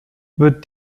wird